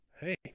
Hey